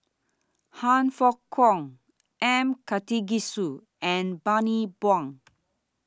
Han Fook Kwang M Karthigesu and Bani Buang